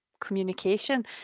communication